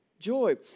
Joy